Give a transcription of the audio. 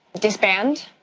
disband,